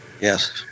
Yes